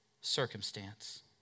circumstance